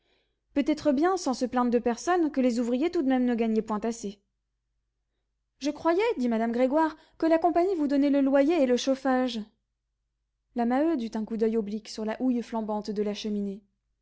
peut-être bien sans se plaindre de personne que les ouvriers tout de même ne gagnaient point assez je croyais dit madame grégoire que la compagnie vous donnait le loyer et le chauffage la maheude eut un coup d'oeil oblique sur la houille flambante de la cheminée